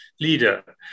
leader